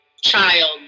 child